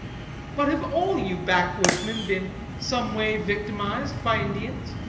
but, have all you backwoodsmen been some way victimized by indians